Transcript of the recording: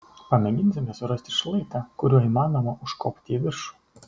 pamėginsime surasti šlaitą kuriuo įmanoma užkopti į viršų